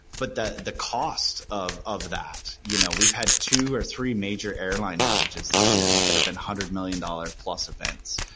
but the the costs of other that you know we've had two or three major airline outages this year that have been hundred million dollar plus events.